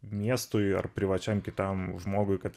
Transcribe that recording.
miestui ar privačiam kitam žmogui kad